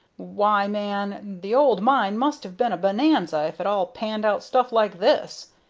why, man, the old mine must have been a bonanza, if it all panned out stuff like this!